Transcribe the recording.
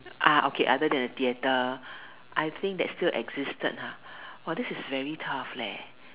ah okay other than the theatre I think that's still existed ha this is very tough leh